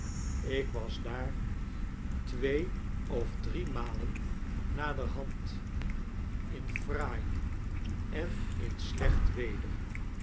ik was daar twee of driemalen naderhand in fraai en in slecht weder